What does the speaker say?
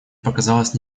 показалось